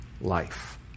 life